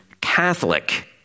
Catholic